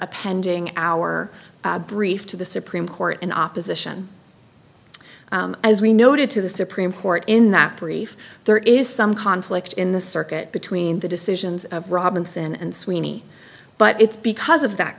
pending our brief to the supreme court in opposition as we noted to the supreme court in that brief there is some conflict in the circuit between the decisions of robinson and sweeney but it's because of that